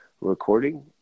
recording